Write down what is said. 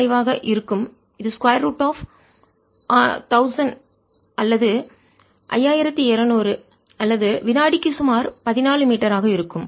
05 ஆக இருக்கும் இது ஸ்கொயர் ரூட் ஆப் 1000 அல்லது 5200 அல்லது வினாடிக்கு சுமார் 14 மீட்டர் ஆக இருக்கும்